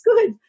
good